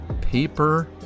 paper